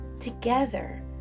Together